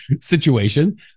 situation